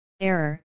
Error